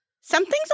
Something's